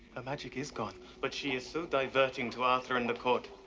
magic is gone, but she is so diverting to arthur and the court.